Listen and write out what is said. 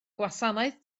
gwasanaeth